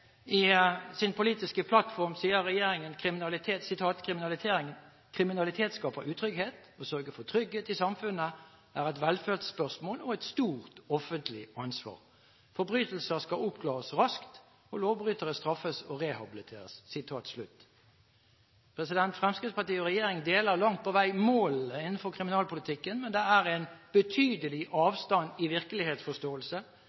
I sin politiske plattform sier regjeringen: «Kriminalitet skaper utrygghet. Å sørge for trygghet i samfunnet er et velferdsspørsmål, og et stort offentlig ansvar. Forbrytelser skal oppklares raskt og lovbrytere straffes og rehabiliteres.» Fremskrittspartiet og regjeringen deler langt på vei målene innenfor kriminalpolitikken, men det er en betydelig